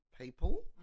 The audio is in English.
people